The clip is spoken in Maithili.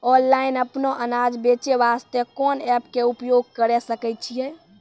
ऑनलाइन अपनो अनाज बेचे वास्ते कोंन एप्प के उपयोग करें सकय छियै?